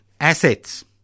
assets